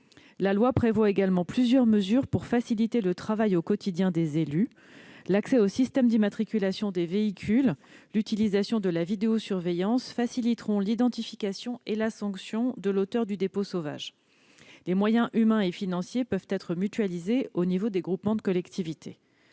La loi prévoit également plusieurs mesures pour faciliter le travail au quotidien des élus. L'accès au système d'immatriculation des véhicules et l'utilisation de la vidéosurveillance facilitent l'identification et la sanction de l'auteur du dépôt sauvage. Les moyens humains et financiers peuvent être mutualisés au niveau des groupements de collectivités.